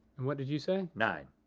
and what did you say? nine.